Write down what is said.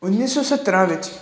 ਉੱਨੀ ਸੌ ਸਤਾਰਾਂ ਵਿੱਚ